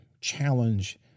challenge